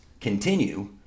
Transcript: continue